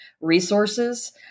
resources